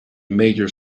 major